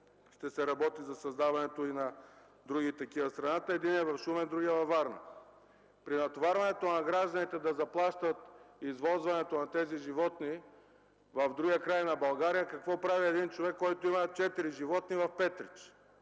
ще се работи за създаването и на други такива в страната. Единият е в Шумен, другият е във Варна. При натоварването на гражданите да заплащат извозването на тези животни в другия край на България, какво прави един човек, който има четири животни в Петрич?